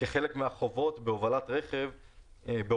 שאם מחר מישהו רוצה לרתום מטען,